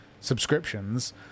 subscriptions